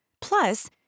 Plus